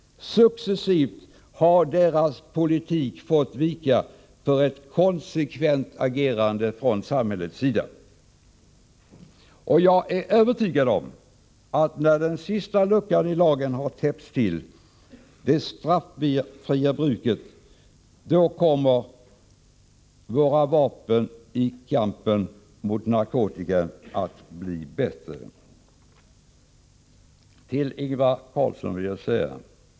Successivt har deras politik fått vika för ett konsekvent agerande från samhällets sida. Jag är övertygad om att när den sista luckan i lagen har täppts till, det straffria bruket, kommer våra vapen i kampen mot narkotika att bli effektivare. Till Ingvar Carlsson vill jag säga följande.